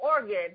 organ